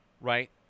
right